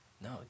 No